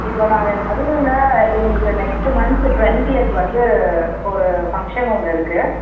இப்போ நாங்கள் மதுரையில் எங்களுக்கு நெக்ஸ்ட் மந்த் ட்வெண்டியிட்த் வந்து ஒரு ஃபங்க்ஷன் ஒன்று இருக்குது